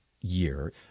year